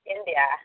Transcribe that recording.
India